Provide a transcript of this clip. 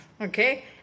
okay